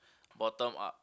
bottom up